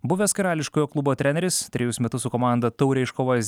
buvęs karališkojo klubo treneris trejus metus su komanda taurę iškovojęs